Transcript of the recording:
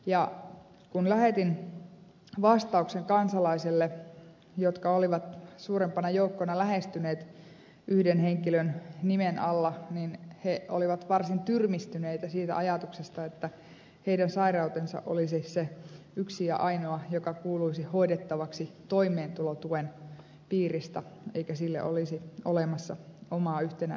ja kun lähetin vastauksen kansalaisille jotka olivat suurempana joukkona lähestyneet yhden henkilön nimen alla niin he olivat varsin tyrmistyneitä siitä ajatuksesta että heidän sairautensa olisi se yksi ja ainoa joka kuuluisi hoidettavaksi toimeentulotuen piiristä eikä sille olisi olemassa omaa yhtenäistä järjestelmää